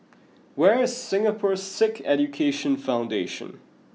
where is Singapore Sikh Education Foundation